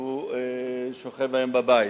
הוא שוכב היום בבית.